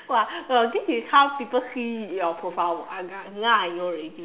!wah! uh this is how people see your profile uh now now I know already